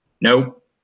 Nope